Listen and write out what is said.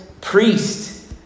priest